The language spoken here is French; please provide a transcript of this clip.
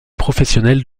professionnelle